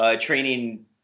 training